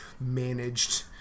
managed